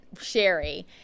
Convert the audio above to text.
Sherry